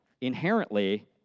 inherently